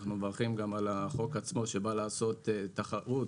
אנחנו גם מברכים על החוק עצמו שבא לעשות תחרות